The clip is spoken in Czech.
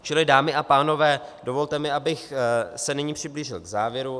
Čili, dámy a pánové, dovolte mi, abych se nyní přiblížil k závěru.